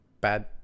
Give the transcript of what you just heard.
bad